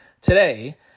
today